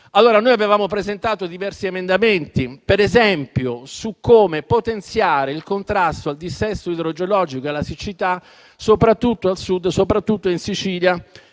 Noi avevamo presentato diversi emendamenti, per esempio su come potenziare il contrasto al dissesto idrogeologico e alla siccità, soprattutto al Sud, in Sicilia